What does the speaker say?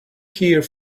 here